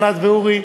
ענת ואורי.